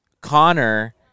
Connor